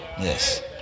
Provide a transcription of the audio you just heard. Yes